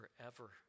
forever